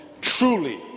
truly